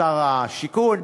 שר השיכון,